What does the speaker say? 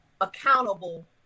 accountable